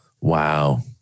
Wow